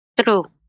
True